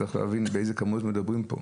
צריך להבין באילו כמויות מדברים פה.